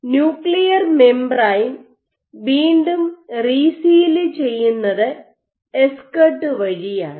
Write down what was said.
nuclear membrane വീണ്ടും reseal ചെയ്യുന്നത് escort വഴിയാണ്